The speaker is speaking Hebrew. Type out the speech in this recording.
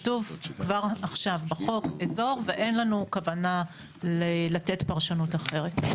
כתוב כבר עכשיו בחוק "אזור" ואין לנו כוונה לתת פרשנות אחרת.